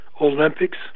Olympics